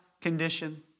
condition